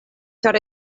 ĉar